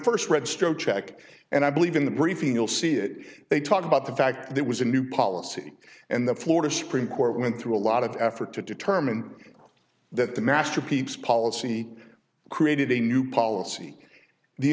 first read stroke check and i believe in the briefing you'll see it they talked about the fact that was a new policy and the florida supreme court went through a lot of effort to determine that the masterpiece policy created a new policy the